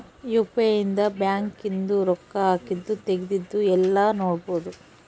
UPI ಇಂದ bank ಇಂದು ರೊಕ್ಕ ಹಾಕಿದ್ದು ತೆಗ್ದಿದ್ದು ಯೆಲ್ಲ ನೋಡ್ಬೊಡು